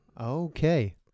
Okay